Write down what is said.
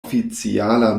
oficiala